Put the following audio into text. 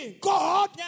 God